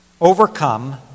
overcome